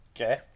Okay